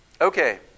Okay